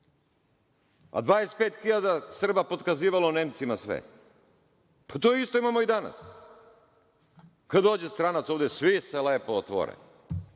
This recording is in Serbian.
hiljada Srba potkazivalo Nemcima sve. To isto imamo i danas. Kada dođe stranac ovde, svi se lepo otvore.